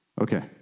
Okay